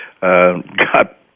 got